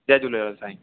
जय झूलेलाल साईं